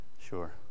Sure